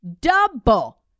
double